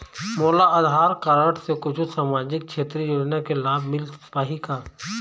मोला आधार कारड से कुछू सामाजिक क्षेत्रीय योजना के लाभ मिल पाही का?